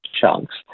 chunks